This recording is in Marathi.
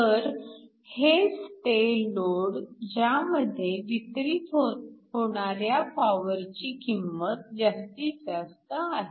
तर हेच ते लोड ज्यामध्ये वितरित होणाऱ्या पॉवरची किंमत जास्तीत जास्त आहे